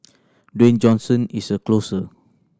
Dwayne Johnson is a closer